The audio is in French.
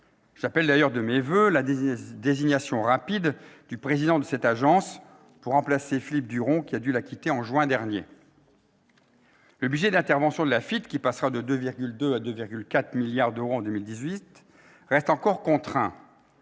J'appelle d'ailleurs de mes voeux la désignation rapide du président de cette agence, pour remplacer Philippe Duron, qui a dû la quitter en juin dernier. Le budget d'intervention de l'AFITF, qui passera de 2,2 à 2,4 milliards d'euros en 2018, reste encore contraint.